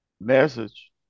Message